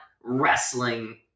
wrestling